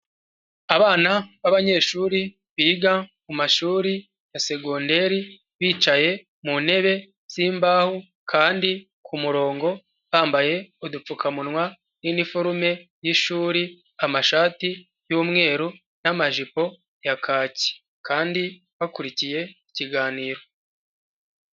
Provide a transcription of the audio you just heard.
Abana b'abanyeshuri biga mumashuri ya segonderi bicaye mu ntebe z'imbaho kandi ku murongo bambaye udupfukamunwa n'iniforume y'ishuri, amashati y'umweru n'amajipo ya kaki kandi bakurikiye ikiganiro.